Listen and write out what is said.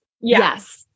Yes